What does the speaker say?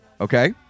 okay